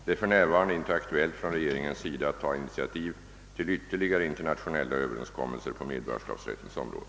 Det är f. n. inte aktuellt från regeringens sida att ta initiativet till ytterligare internationella överenskommelser på medborgarrättens område.